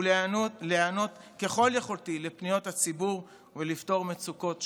להיענות ככל יכולתי לפניות הציבור ולפתור מצוקות שונות.